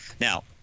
Now